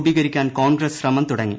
രൂപീകരിക്കാൻ കോൺഗ്രസ് ശ്രമം തുടങ്ങി